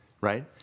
Right